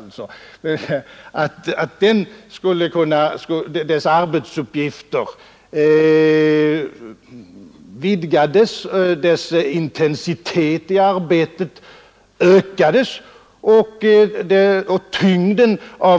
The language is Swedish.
På så sätt skulle dess arbetsuppgifter vidgas, dess intensitet i arbetet ökas, och